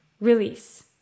release